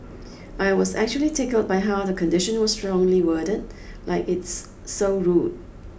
I was actually tickled by how the condition was strongly worded like it's so rude